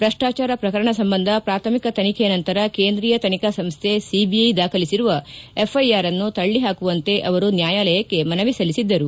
ಭ್ರಷ್ಲಾಚಾರ ಪ್ರಕರಣ ಸಂಬಂಧ ಪ್ರಾಥಮಿಕ ತನಿಖೆ ನಂತರ ಕೇಂದ್ರೀಯ ತನಿಖಾ ಸಂಸ್ಹೆ ಸಿಬಿಐ ದಾಖಲಿಸಿರುವ ಎಫ್ಐಆರ್ ಅನ್ನು ತಳ್ಳ ಹಾಕುವಂತೆ ಅವರು ನ್ಯಾಯಾಲಯಕ್ಕೆ ಮನವಿ ಸಲ್ಲಿಸಿದ್ದರು